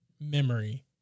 memory